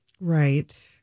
Right